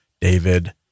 David